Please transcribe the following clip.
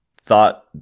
thought